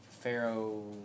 Pharaoh